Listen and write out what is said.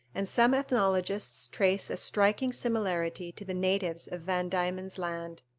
and some ethnologists trace a striking similarity to the natives of van diemen's land.